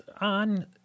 on